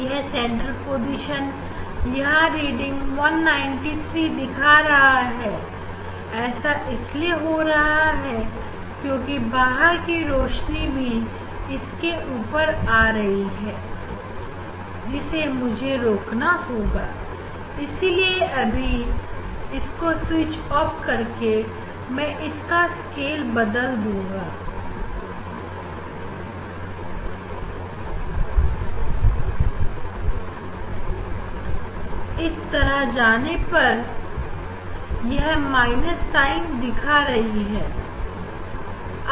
यह central position यहां reading 193 दिखा रहा है ऐसा इसलिए हो रहा है क्योंकि बाहर की रोशनी भी इसके ऊपर आ रही है जिसे मुझे रोकना होगा इसीलिए अभी इसको स्विच ऑफ करके मैं इसका स्केल बदल दूंगा इस तरह जाने पर यह माइनस साइन दिखा रही है